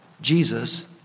Jesus